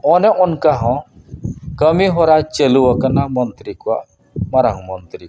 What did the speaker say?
ᱚᱱᱮ ᱚᱱᱠᱟ ᱦᱚᱸ ᱠᱟᱹᱢᱤᱦᱚᱨᱟ ᱪᱟᱹᱞᱩᱣᱟᱠᱟᱱᱟ ᱢᱚᱱᱛᱨᱤ ᱠᱚᱣᱟᱜ ᱢᱟᱨᱟᱝ ᱢᱚᱱᱛᱨᱤ ᱠᱚᱣᱟᱜ